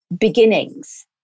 beginnings